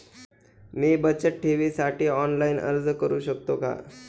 मी बचत ठेवीसाठी ऑनलाइन अर्ज करू शकतो का?